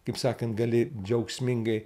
kaip sakant gali džiaugsmingai